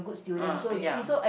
ah ya